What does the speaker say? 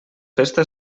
festa